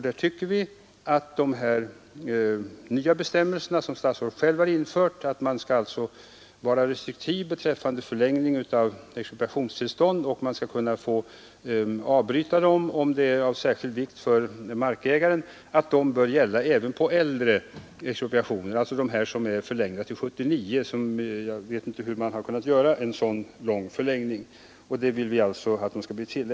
Där tycker vi att de nya bestämmelserna som statsrådet har infört att man skall vara restriktiv beträffande förlängning av expropriationstillstånd och att man skall kunna avbryta dem om det är av särskild vikt för markägaren — bör gälla även äldre expropriationer, alltså t.ex. de som är förlängda till 1979. Jag vet inte hur man kunnat göra en så lång förlängning.